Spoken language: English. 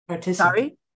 Sorry